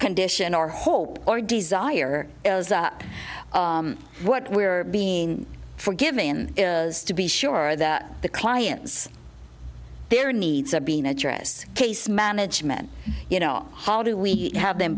condition our hope or desire is that what we're being forgiven is to be sure that the clients their needs are being addressed case management you know how do we have them